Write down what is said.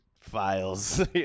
files